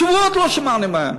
שבועות לא שמענו מהם.